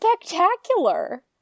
spectacular